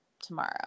tomorrow